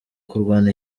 kurwana